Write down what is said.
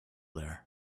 there